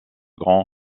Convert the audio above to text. grand